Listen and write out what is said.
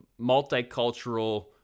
multicultural